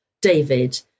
David